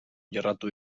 jorratu